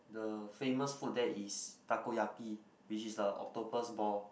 the famous food there is takoyaki which is the octopus ball